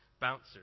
bouncers